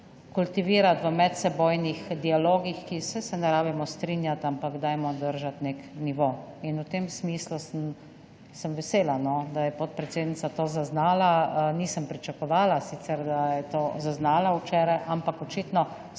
kultivirati v medsebojnih dialogih. Saj se ne rabimo strinjati, ampak dajmo držati nek nivo. V tem smislu sem vesela, da je predsednica to zaznala. Nisem pričakovala sicer, da je to zaznala včeraj, ampak očitno